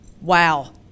Wow